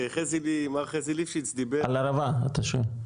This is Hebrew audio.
מר חזי ליפשיץ דיבר --- על ערבה אתה שואל,